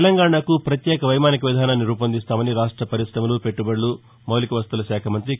తెలంగాణకు ప్రత్యేక వైమానిక విధానాన్ని రూపొందిస్తామని రాష్ట పరిశమలు పెట్లుబడులు మౌలిక వసతుల శాఖ మంత్రి కే